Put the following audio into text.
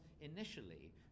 initially